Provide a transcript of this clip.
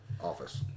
office